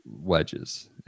wedges